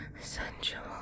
sensual